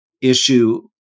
issue